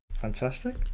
Fantastic